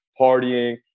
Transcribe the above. partying